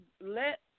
let